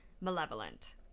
malevolent